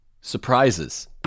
surprises